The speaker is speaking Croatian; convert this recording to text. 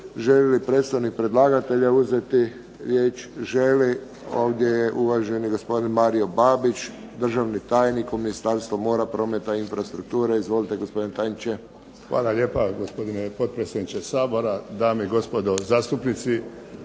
Hvala lijepa. Gospodine potpredsjedniče Sabora, dame i gospodo zastupnici.